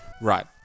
Right